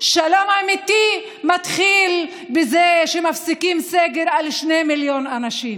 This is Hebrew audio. שלום אמיתי מתחיל בזה שמפסיקים סגר על שני מיליון אנשים.